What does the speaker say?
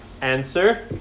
answer